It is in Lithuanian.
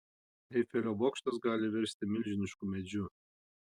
eifelio bokštas gali virsti milžinišku medžiu